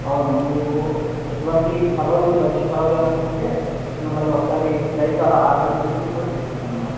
అవును మ్యామ్ మీకు ఎటువంటి పర్వాలేదు బడ్జెట్ పర్వాలేదు అనుకుంటే మిమ్మల్ని ఒకసారి ఫ్లైట్ లో అలా ఆగ్రా తీసికెళ్ళి కూడా తిసుకోస్తాం మేడం